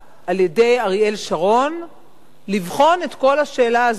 על-ידי אריאל שרון לבחון את כל השאלה הזאת,